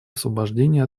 освобождение